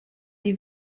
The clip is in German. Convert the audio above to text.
die